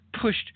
pushed